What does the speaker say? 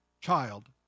child